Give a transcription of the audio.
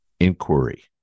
inquiry